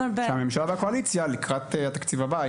שהממשלה והקואליציה לקראת התקציב הבא,